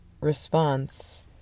response